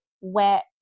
wet